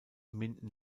minden